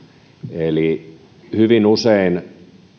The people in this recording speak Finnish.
eli hyvin usein